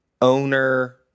owner